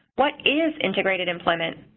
what is integrated employment?